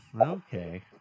Okay